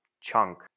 chunk